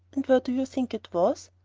and where do you think it was?